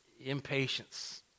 Impatience